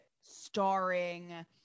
starring